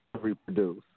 reproduce